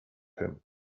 him